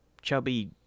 chubby